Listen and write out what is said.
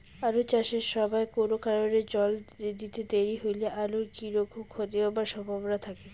আলু চাষ এর সময় কুনো কারণে জল দিতে দেরি হইলে আলুর কি রকম ক্ষতি হবার সম্ভবনা থাকে?